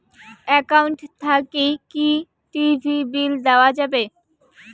Account থাকি কি TV bill দেওয়া যাবে?